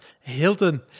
Hilton